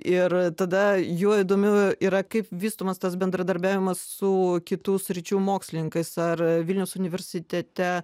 ir tada juo įdomiau yra kaip vystomas tas bendradarbiavimas su kitų sričių mokslininkais ar vilniaus universitete